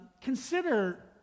Consider